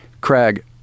Craig